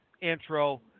intro